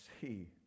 see